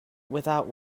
without